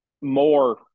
more